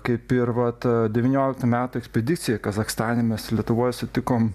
kaip ir vat devynioliktų metų ekspedicija kazachstane mes lietuvoj sutikom